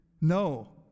no